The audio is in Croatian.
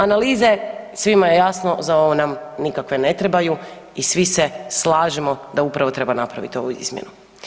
Analize svima je jasno za ovo nam nikakve ne trebaju i svi se slažemo da upravo treba napraviti ovu izmjenu.